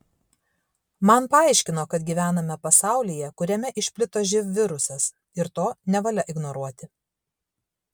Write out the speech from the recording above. man paaiškino kad gyvename pasaulyje kuriame išplito živ virusas ir to nevalia ignoruoti